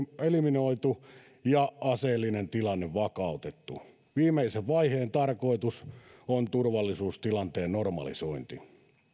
eliminoitu ja aseellinen tilanne vakautettu viimeisen vaiheen tarkoitus on turvallisuustilanteen normalisointi